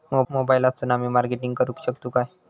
मोबाईलातसून आमी मार्केटिंग करूक शकतू काय?